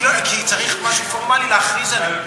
כי צריך משהו פורמלי להכריז עליהם.